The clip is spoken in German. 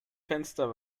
fenster